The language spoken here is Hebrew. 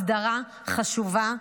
הסדרה חשובה,